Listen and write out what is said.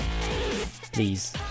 Please